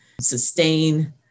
sustain